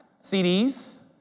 CDs